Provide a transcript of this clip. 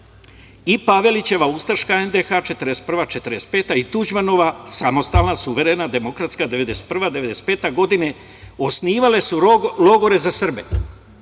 Pavelićeva ustaška NDH 1941. do 1945. i Tuđmanova samostalna, suverena demokratska 1991. do 1995. godine, osnivale su logore za Srbe.